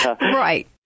Right